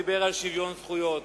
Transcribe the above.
דיבר על שוויון זכויות,